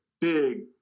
big